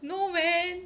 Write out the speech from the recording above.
no man